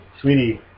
sweetie